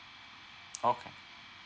okay